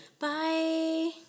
Bye